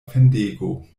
fendego